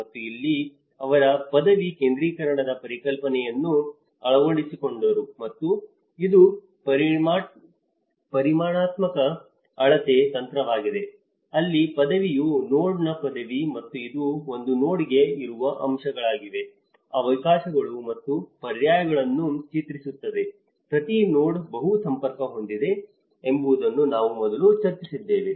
ಮತ್ತು ಇಲ್ಲಿ ಅವರು ಪದವಿ ಕೇಂದ್ರೀಕರಣದ ಪರಿಕಲ್ಪನೆಯನ್ನು ಅಳವಡಿಸಿಕೊಂಡರು ಮತ್ತು ಇದು ಪರಿಮಾಣಾತ್ಮಕ ಅಳತೆ ತಂತ್ರವಾಗಿದೆ ಅಲ್ಲಿ ಪದವಿಯು ನೋಡ್ನ ಪದವಿ ಮತ್ತು ಇದು ಒಂದು ನೋಡ್ಗೆ ಇರುವ ಅವಕಾಶಗಳು ಮತ್ತು ಪರ್ಯಾಯಗಳನ್ನು ಚಿತ್ರಿಸುತ್ತದೆ ಪ್ರತಿ ನೋಡ್ ಬಹು ಸಂಪರ್ಕ ಹೇಗೆ ಹೊಂದಿದೆ ಎಂಬುದನ್ನು ನಾವು ಮೊದಲು ಚರ್ಚಿಸಿದ್ದೇವೆ